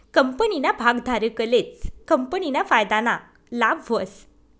कंपनीना भागधारकलेच कंपनीना फायदाना लाभ व्हस